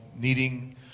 needing